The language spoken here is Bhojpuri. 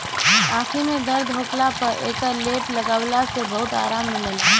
आंखी में दर्द होखला पर एकर लेप लगवला से बहुते आराम मिलेला